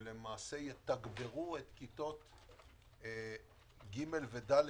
שלמעשה יתגברו את כיתות ג' וד',